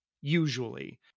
usually